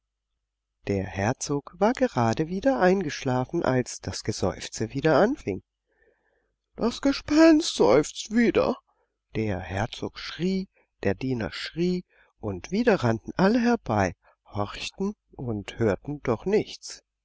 der herzog war gerade wieder eingeschlafen als das geseufze wieder anfing das gespenst seufzt wieder der herzog schrie der diener schrie und wieder rannten alle herbei horchten und hörten doch nichts